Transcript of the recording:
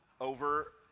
over